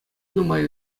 нумай